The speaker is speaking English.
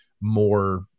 more